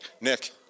Nick